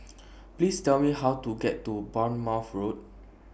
Please Tell Me How to get to Bournemouth Road